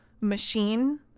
machine